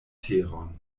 teron